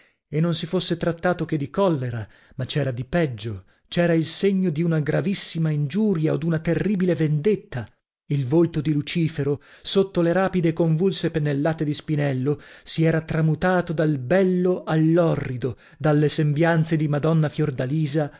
e non si fosse trattato che di collera ma c'era di peggio c'era il segno di una gravissima ingiuria o d'una terribile vendetta il volto di lucifero sotto le rapide e convulse pennellata di spinello si era tramutato dal bello all'orrido dalle sembianze di madonna fiordalisa